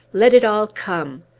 let it all come!